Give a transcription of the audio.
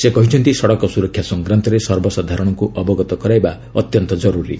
ସେ କହିଛନ୍ତି ସଡ଼କ ସୁରକ୍ଷା ସଂକ୍ରାନ୍ତରେ ସର୍ବସାଧାରଣକୁ ଅବଗତ କରାଇବା ଅତ୍ୟନ୍ତ ଜରୁରୀ